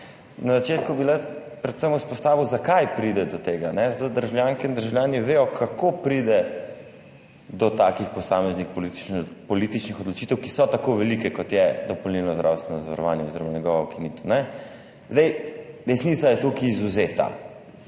na začetku bi rad predvsem izpostavil, zakaj pride do tega, da državljanke in državljani vedo, kako pride do takih posameznih političnih odločitev, ki so tako velike, kot je dopolnilno zdravstveno zavarovanje oziroma njegova ukinitev. Desnica je tukaj izvzeta.